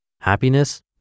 Happiness